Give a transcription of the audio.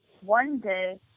one-day